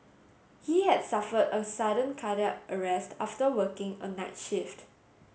he had suffered a sudden cardiac arrest after working a night shift